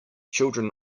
children